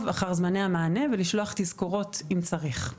אחר זמני המענה ולשלוח תזכורות אם צריך.